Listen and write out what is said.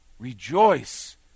Rejoice